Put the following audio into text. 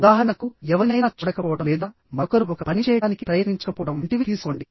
ఉదాహరణకు ఎవరినైనా చూడకపోవడం లేదా మరొకరు ఒక పని చేయడానికి ప్రయత్నించకపోవడం వంటివి తీసుకోండి